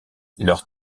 leur